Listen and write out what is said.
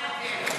מה ההבדל?